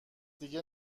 دیگه